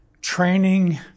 training